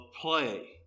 play